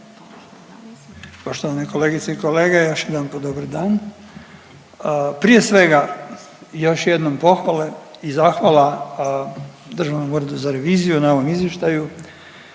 Poštovane kolegice i kolege, još jedanput dobar dan. Prije svega još jednom pohvale i zahvala Državnom uredu za reviziju na ovom izvještaju.